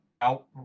Out